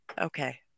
Okay